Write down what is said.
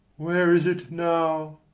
where is it now?